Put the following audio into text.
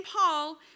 Paul